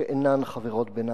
שאינן חברות בנאט"ו.